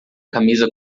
camisa